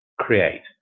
create